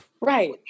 right